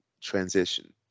transition